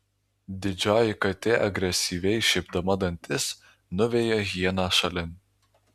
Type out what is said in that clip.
didžioji katė agresyviai šiepdama dantis nuveja hieną šalin